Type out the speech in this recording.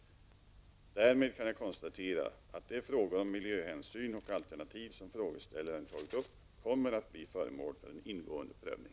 Därmed kan jag konstatera att de frågor om miljöhänsyn och alternativ som frågeställaren tagit upp kommer att bli föremål för en ingående prövning.